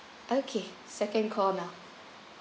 okay second call now